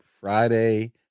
Friday